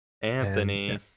Anthony